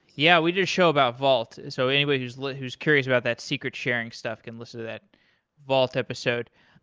yeah we did a show about vault. so anybody who's like who's curious about that secret sharing stuff can listen to that vault episode.